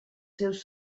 seus